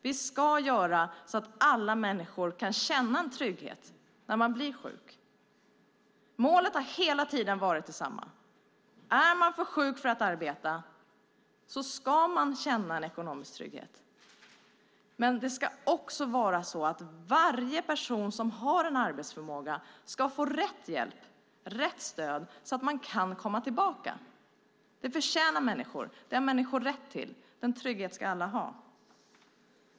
Vi ska göra så att alla människor kan känna trygghet när man blir sjuk. Målet har hela tiden varit detsamma: Är man för sjuk för att arbeta ska man känna ekonomisk trygghet, men varje person som har arbetsförmåga ska också få rätt hjälp och rätt stöd så att man kan komma tillbaka. Det förtjänar människor. Det har människor rätt till. Den tryggheten ska alla ha.